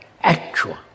actual